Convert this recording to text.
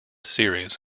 series